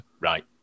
right